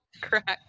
Correct